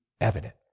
evident